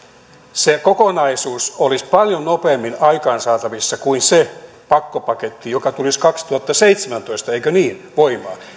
se kokonaisuus olisi paljon nopeammin aikaansaatavissa kuin se pakkopaketti joka tulisi kaksituhattaseitsemäntoista voimaan eikö niin